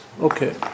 Okay